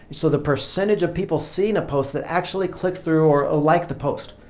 so the percentage of people seeing a post that actually click through or like the post.